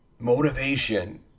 Motivation